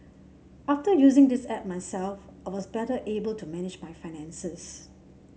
after using this app myself I was better able to manage my finances